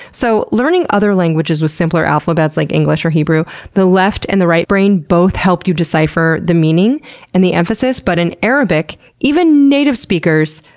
so learning other languages with simpler alphabets like english or hebrew, the left and the right brain both help you decipher the meaning and the emphasis, but in arabic, even native speakers,